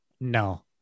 no